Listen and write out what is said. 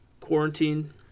Quarantine